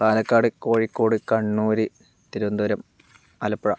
Palakkad Kozhikode Kannur Thiruvananthapuram Alappuzha